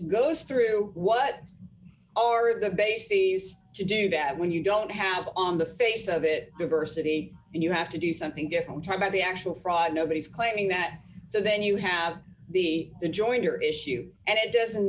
goes through what are the bases to do that when you don't have on the face of it the versity and you have to do something different about the actual fraud nobody's claiming that so then you have the the jointer issue and it doesn't